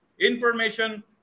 information